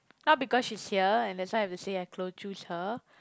not because she's here and that's why I have to say I cl~ choose her